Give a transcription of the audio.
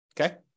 Okay